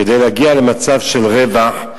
כדי להגיע למצב של רווח,